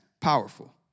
powerful